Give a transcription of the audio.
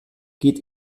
geht